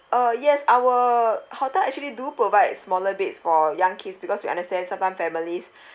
uh yes our hotel actually do provide smaller beds for young kids because understand sometimes families